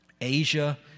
Asia